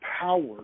power